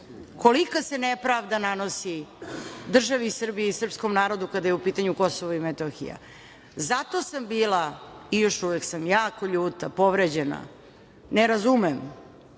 kolika se nepravda nanosi državi Srbiji i srpskom narodu kada je u pitanju Kosovo i Metohija. Zato sam bila i još uvek sam jako ljuta, povređena, ne razumem